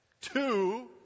two